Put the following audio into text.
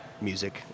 music